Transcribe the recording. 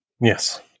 Yes